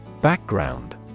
Background